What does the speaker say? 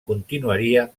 continuaria